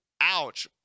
Ouch